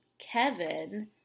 Kevin